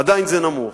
עדיין זה נמוך.